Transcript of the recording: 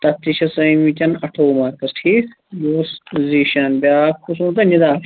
تتھ تہِ چھِس آمِتۍ اَٹھووُہ مارکٕس ٹھیٖک یہِ اوس زیٖشان بیٛاکھ یُس اوس نا نِدا